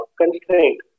constraint